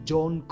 John